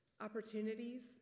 opportunities